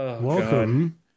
Welcome